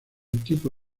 tipo